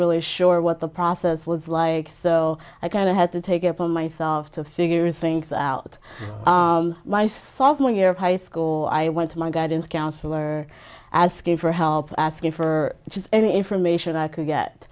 really sure what the process was like i kind of had to take it upon myself to figure things out my sophomore year of high school i went to my guidance counselor asking for help asking for any information i could